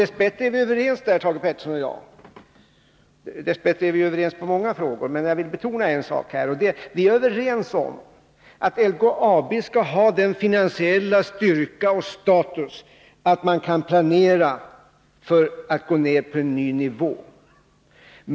Dess bättre är Thage Peterson och jag överens i många frågor, men jag vill betona en sak. Vi är överens om att LKAB skall ha sådan finansiell styrka och status att företaget kan planera för att gå ner på en ny nivå.